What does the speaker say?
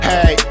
Hey